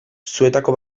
zuetako